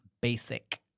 basic